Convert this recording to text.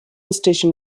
station